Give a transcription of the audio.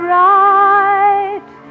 right